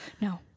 no